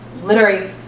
literary